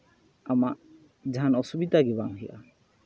ᱟᱢᱟᱜ ᱡᱟᱦᱟᱱ ᱚᱥᱩᱵᱤᱫᱟ ᱜᱮ ᱵᱟᱝ ᱦᱩᱭᱩᱜᱼᱟ